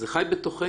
זה חי בתוכנו